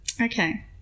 Okay